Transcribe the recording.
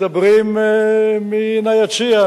מדברים מן היציע,